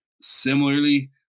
similarly